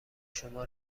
شما